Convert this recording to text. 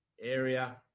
area